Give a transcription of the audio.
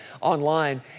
online